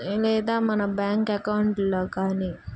లేదా మన బ్యాంక్ అకౌంట్లో కానీ